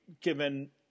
given